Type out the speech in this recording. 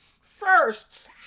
Firsts